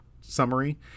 summary